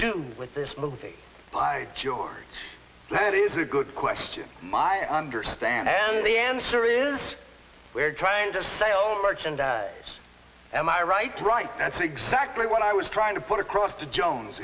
do with this movie by george that is a good question my understanding and the answer is we're trying to sell merchandise am i right right that's exactly what i was trying to put across to jones